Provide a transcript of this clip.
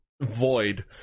void